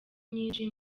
nyinshi